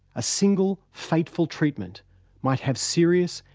a single, fateful treatment might have serious,